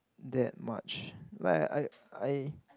that much like I I I